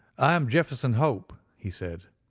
i am jefferson hope, he said.